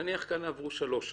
נניח שכאן עברו שלוש שנים.